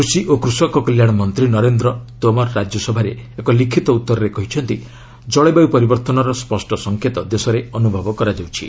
କୃଷି ଓ କୃଷକ କଲ୍ୟାଶ ମନ୍ତ୍ରୀ ନରେନ୍ଦ୍ର ତୋମର ରାଜ୍ୟସଭାରେ ଏକ ଲିଖିତ ଉତ୍ତରରେ କହିଛନ୍ତି ଜଳବାୟୁ ପରିବର୍ତ୍ତନର ସ୍ୱଷ୍ଟ ସଙ୍କେତ ଦେଶରେ ଅନୁଭବ କରାଯାଉଛି